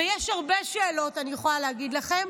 ויש הרבה שאלות, אני יכולה להגיד לכם,